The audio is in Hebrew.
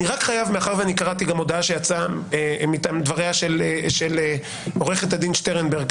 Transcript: מאחר שקראתי גם הודעה שיצאה מטעם דבריה של עו"ד שטרנברג,